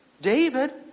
David